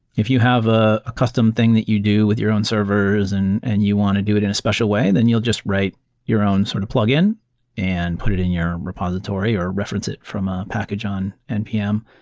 if you have ah a custom thing that you do with your own servers and and you want to do it in a special way, then you'll just write your own sort of plug-in and put it in your repository or reference it from a package on npm,